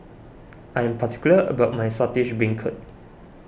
I am particular about my Saltish Beancurd